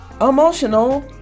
emotional